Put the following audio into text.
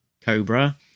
cobra